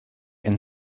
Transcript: and